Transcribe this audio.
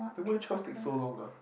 then why Charles take so long ah